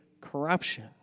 corruption